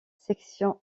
section